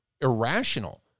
irrational